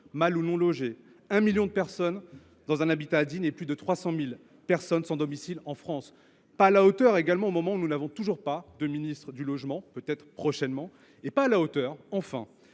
mal ou non logées, 1 million de personnes dans un habitat indigne et plus de 300 000 personnes sans domicile en France. Pas à la hauteur, au moment où nous n’avons toujours pas de ministre du logement – peut être prochainement ? Pas à la hauteur, enfin,